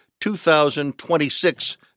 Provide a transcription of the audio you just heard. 2,026